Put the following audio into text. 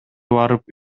барып